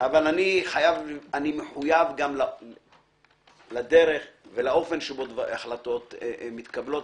אבל אני מחויב לדרך ולאופן שבו החלטות מתקבלות,